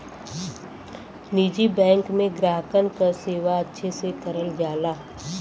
निजी बैंक में ग्राहकन क सेवा अच्छे से करल जाला